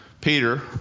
Peter